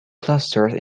clustered